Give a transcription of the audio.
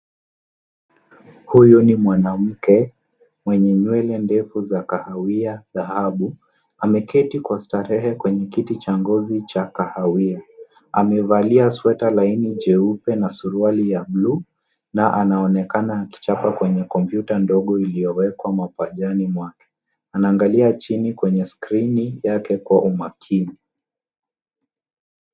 Huyu ni mwanamke mwenye nywele ndevu za kahawia dhahabu. Ameketi kwa starehe kwenye kiti cha ngozi cha kahawia. Amevalia sweta laini jeupe na suruali ya blue na anaonekana akichapa kwenye kompyuta ndogo iliyowekwa mapajani mwake. Anaangalia chini kwenye screen yake kwa umakini.